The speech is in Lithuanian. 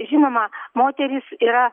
žinoma moterys yra